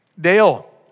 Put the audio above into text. Dale